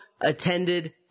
attended